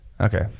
Okay